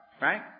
right